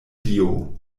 dio